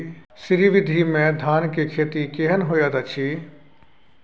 श्री विधी में धान के खेती केहन होयत अछि?